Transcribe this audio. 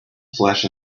flesh